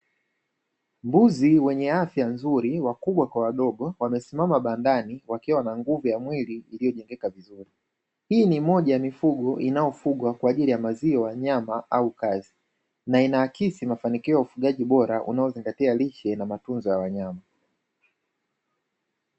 Mbuzi wenye afya nzuri wakubwa kwa wadogo, wamesimama bandani wakiwa na nguvu ya mwili iliyojengeka vizuri. Hii ni moja ya mifugo inayofugwa kwa ajili ya: maziwa, nyama au kazi. Na inaakisi mafanikio ya ufugaji bora unaozingatia lishe na matunzo ya wanyama.